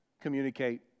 communicate